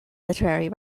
literary